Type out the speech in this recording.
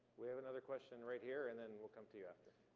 we have another question right here, and then we'll come to you after.